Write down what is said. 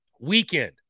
weekend